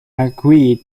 agreed